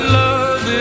love